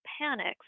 panics